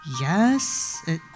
Yes